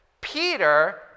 Peter